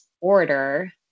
order